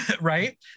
Right